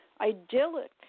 idyllic